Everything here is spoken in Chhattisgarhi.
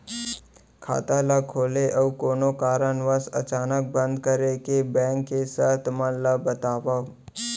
खाता ला खोले अऊ कोनो कारनवश अचानक बंद करे के, बैंक के शर्त मन ला बतावव